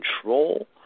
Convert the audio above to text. control